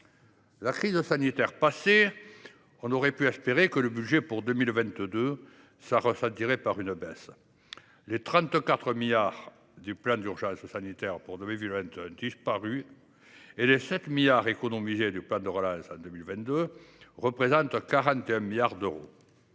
La crise sanitaire passée, on aurait pu espérer que le budget pour 2022 s’en ressentirait par une baisse. Les 34 milliards d’euros du plan d’urgence sanitaire pour 2021 disparus en 2022 et les 7 milliards d’euros du plan de relance économisés en 2022 représentent 41 milliards d’euros.